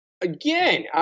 Again